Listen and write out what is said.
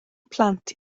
plant